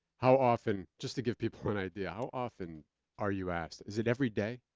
how often, just to give people an idea, how often are you asked? is it everyday?